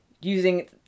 using